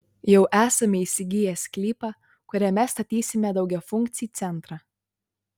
jau esame įsigiję sklypą kuriame statysime daugiafunkcį centrą